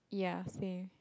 ya same